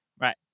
Right